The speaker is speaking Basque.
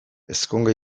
ezkonge